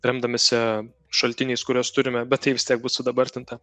remdamiesi šaltiniais kuriuos turime bet tai vis tiek bus sudabartinta